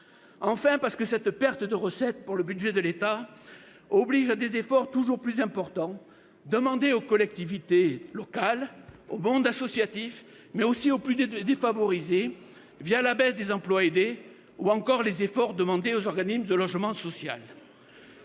Enfin, parce que cette perte de recettes pour le budget de l'État exige des efforts toujours plus importants de la part des collectivités locales, du monde associatif mais aussi des plus défavorisés, la baisse des emplois aidés ou les efforts demandés aux organismes de logement social.